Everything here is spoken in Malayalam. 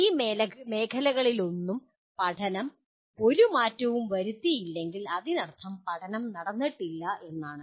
ഈ മേഖലകളിലൊന്നും പഠനം ഒരു മാറ്റവും വരുത്തിയില്ലെങ്കിൽ അതിനർത്ഥം പഠനം നടന്നിട്ടില്ല എന്നാണ്